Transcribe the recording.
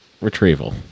retrieval